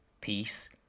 Peace